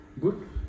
good